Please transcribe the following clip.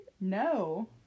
No